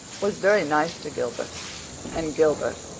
was very nice to gilbert and gilbert,